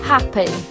Happy